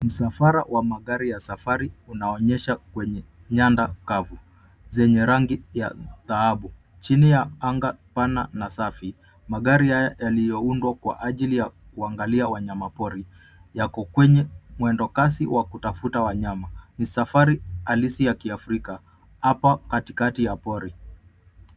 Msafara wa magari ya safari unaonyesha kwenye nyanda kavu zenye rangi ya dhahabu. Chini ya anga pana na safi, magari haya yaliyoundwa kwa ajili ya kuangalia wanyamapori yako kwenye mwendo kasi wa kutafuta wanyama. Ni safari halisi ya kiafrika hapa katikati ya pori.